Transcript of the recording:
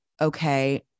okay